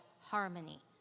harmony